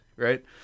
Right